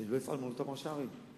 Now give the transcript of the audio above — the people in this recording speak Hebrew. כי אני לא אפעל מול אותם ראשי ערים.